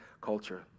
culture